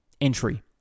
Entry